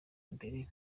mbere